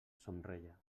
somreia